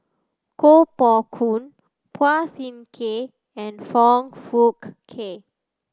Koh Poh Koon Phua Thin Kiay and Foong Fook Kay